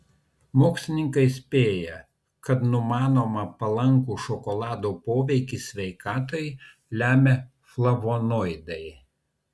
mokslininkai spėja kad numanomą palankų šokolado poveikį sveikatai lemia flavonoidai